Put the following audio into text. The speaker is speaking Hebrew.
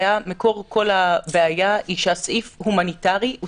שמקור כל הבעיה היא שהסעיף הומניטרי הוא